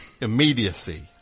immediacy